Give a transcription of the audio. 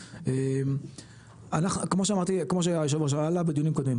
כמו שאמרתי וכמו שהיושב ראש זה עלה בדיונים קודמים,